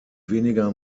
weniger